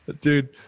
dude